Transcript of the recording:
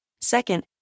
Second